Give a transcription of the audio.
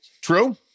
True